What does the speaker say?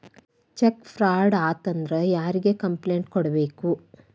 check fraud ಆತಂದ್ರ ಯಾರಿಗ್ complaint ಕೂಡ್ಬೇಕು